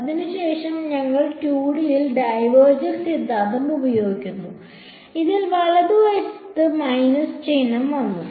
അതിനുശേഷം ഞങ്ങൾ 2D യിൽ ഡൈവർജൻസ് സിദ്ധാന്തം ഉപയോഗിക്കുന്നു അതിൽ വലതുവശത്ത് മൈനസ് ചിഹ്നം വന്നു